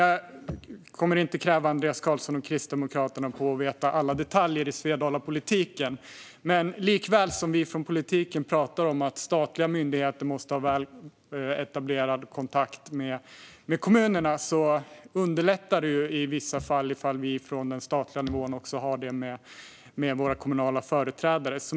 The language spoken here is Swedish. Jag kommer inte att kräva Andreas Carlson och Kristdemokraterna på alla detaljer i Svedalapolitiken. Men likaväl som att vi politiker talar om att statliga myndigheter måste ha väl etablerad kontakt med kommunerna underlättar det i vissa fall om vi politiker på den statliga nivån har det med våra kommunala företrädare.